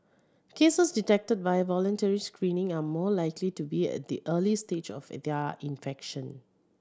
cases detected via voluntary screening are more likely to be at the early stage of their infection